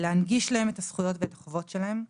להנגיש להם את הזכויות ואת החובות שלהם,